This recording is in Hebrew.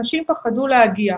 אנשים פחדו להגיע.